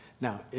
Now